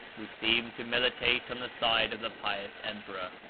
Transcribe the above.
who seemed to militate on the side of the pious emperor.